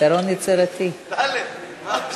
תודה רבה לחבר הכנסת טלב אבו עראר.